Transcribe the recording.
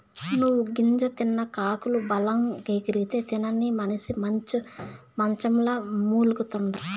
నువ్వు గింజ తిన్న కాకులు బలంగెగిరితే, తినని మనిసి మంచంల మూల్గతండా